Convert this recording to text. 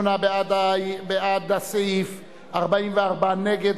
58 בעד הסעיף, 44 נגד.